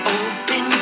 open